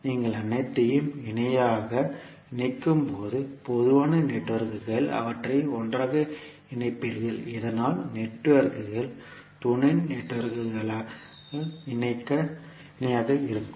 எனவே நீங்கள் அனைத்தையும் இணையாக இணைக்கும்போது பொதுவான நெட்வொர்க்குகள் அவற்றை ஒன்றாக இணைப்பீர்கள் இதனால் நெட்வொர்க்குகள் துணை நெட்வொர்க்குகள் இணையாக இருக்கும்